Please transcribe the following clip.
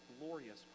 glorious